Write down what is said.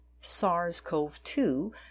SARS-CoV-2